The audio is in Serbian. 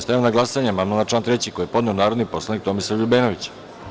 Stavljam na glasanje amandman na član 3. koji je podneo narodni poslanik Tomislav LJubenović.